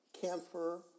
Camphor